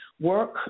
work